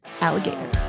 alligator